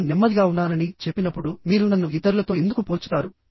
నేను నెమ్మదిగా ఉన్నానని చెప్పినప్పుడు మీరు నన్ను ఇతరులతో ఎందుకు పోల్చుతారు